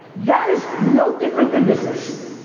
that is no different than business.